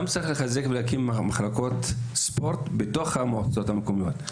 גם צריך לחזק ולהקים מחלקות ספורט בתוך המועצות המקומיות.